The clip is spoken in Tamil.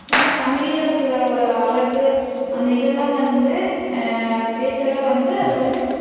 ஏன்னா தமிழ்ல இருக்கிற ஒரு அழகு அந்த இதெல்லாம் வந்து அந்த பேச்செல்லாம் வந்து அது வந்து